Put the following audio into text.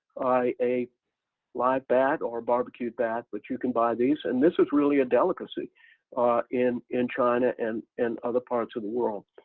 a live bat, or barbecued bat, but you can buy these and this is really a delicacy in in china and in other parts of the world.